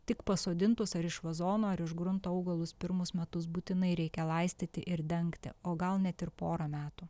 tik pasodintus ar iš vazono ar iš grunto augalus pirmus metus būtinai reikia laistyti ir dengti o gal net ir porą metų